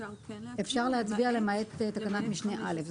אפשר להצביע, למעט 15(א).